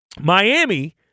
Miami